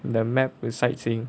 the map the sightseeing